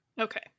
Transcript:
Okay